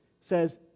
says